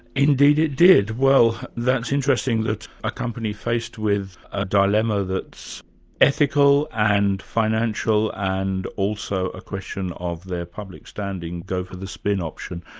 indeed it did. well, that's interesting that a company faced with a dilemma that's ethical and financial and also a question of their public standing go for the spin option.